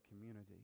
community